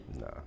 Nah